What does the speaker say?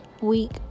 week